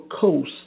coast